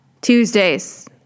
Tuesdays